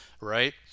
right